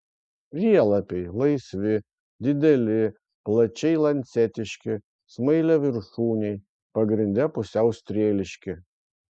prielapiai laisvi dideli plačiai lancetiški smailiaviršūniai pagrinde pusiau strėliški